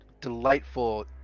delightful